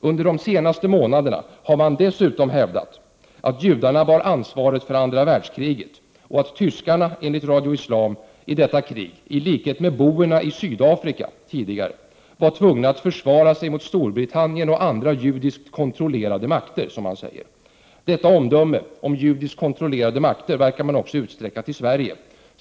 Under de senaste månaderna har man dessutom hävdat att judarna bar ansvaret för andra världskriget och att tyskarna, enligt Radio Islam, i likhet med boerna i Sydafrika var tvungna att försvara sig mot Storbritannien och andra judiskt kontrollerade makter. Det omdömet verkar man utsträcka till att gälla också Sverige.